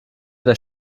der